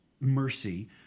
Mercy